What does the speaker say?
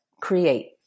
create